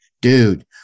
dude